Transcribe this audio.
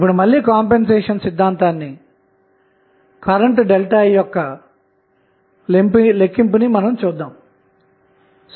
ఇప్పుడు మళ్ళీ కంపెన్సేషన్ సిద్ధాంతాన్ని కరెంటు ΔI యొక్క లెక్కింపుని చూద్దాము